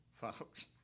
folks